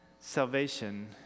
Salvation